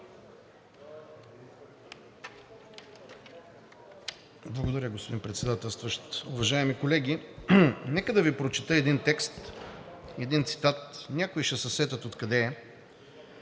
Благодаря, господин Председателстващ. Уважаеми колеги! Нека да Ви прочета един текст, един цитат. Някои ще се сетят откъде е.